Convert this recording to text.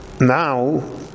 now